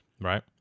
right